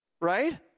right